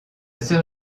sœur